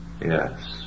Yes